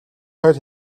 хойд